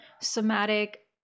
somatic